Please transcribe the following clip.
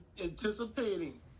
anticipating